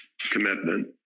commitment